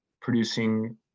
producing